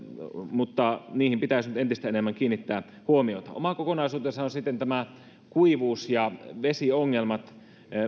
mutta niihin pitäisi nyt entistä enemmän kiinnittää huomiota oma kokonaisuutensa on sitten kuivuus ja vesiongelmat